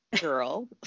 girl